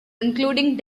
including